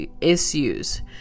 issues